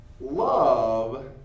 love